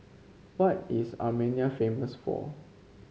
what is Armenia famous for